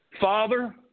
Father